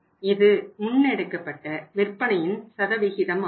இது முன்னெடுக்கப்பட்ட விற்பனையின் சதவிகிதமாகும்